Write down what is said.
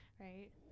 Right